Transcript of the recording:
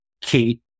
Kate